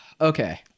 okay